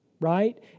Right